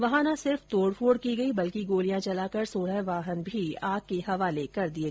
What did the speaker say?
वहां न सिर्फ तोड़ फोड़ की बल्कि गोलियां चलाकर सोलह वाहन भी आग के हवाले कर दिये